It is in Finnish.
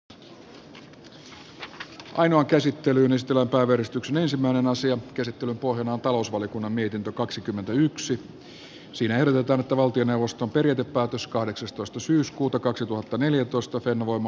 ainoa käsittelylistalla parrestoksen ensimmäinen asian käsittelyn pohjana on talousvaliokunnan mietintö jossa ehdotetaan että valtioneuvoston periaatepäätös kahdeksastoista syyskuuta kaksituhattaneljätoista fennovoima